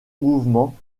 mouvements